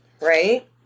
Right